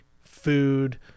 food